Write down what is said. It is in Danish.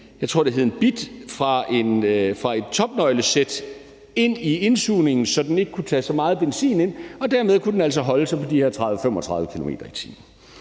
jeg tror, det hedder bit fra et topnøglesæt ind i indsugningen, så den ikke kunne tage så meget benzin ind, og dermed kunne den altså holde sig på de her 30-35 km/t.